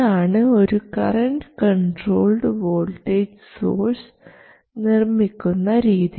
ഇതാണ് ഒരു current controlled voltage source നിർമ്മിക്കുന്ന രീതി